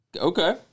Okay